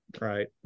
right